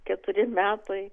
keturi metai